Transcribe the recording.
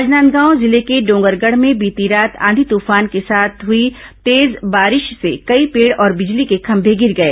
राजनांदगांव जिले के डोंगरगढ़ में बीती रात आंधी तूफान के साथ हुई तेज बारिश से कई पेड़ और बिजली के खंभे गिर गए